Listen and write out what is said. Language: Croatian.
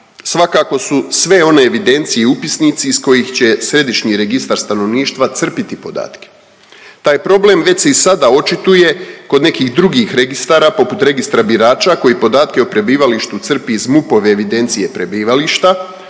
svakako su sve one evidencije i upisnici iz kojih će središnji registar stanovništva crpiti podatke. Taj problem već se i sada očituje kod nekih drugih registara poput registra birača koji podatke o prebivalištu crpi iz MUP-ove evidencije prebivališta